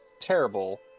terrible